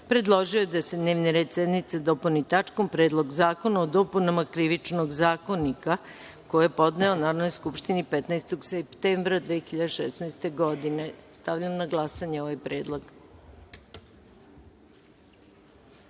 predložio je da se dnevni red sednice dopuni tačkom – Predlog zakona o dopunama Krivičnog zakonika, koji je podneo Narodnoj skupštini 15. septembra 2016. godine. Stavljam na glasanje ovaj